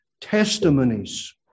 testimonies